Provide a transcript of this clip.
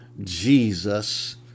Jesus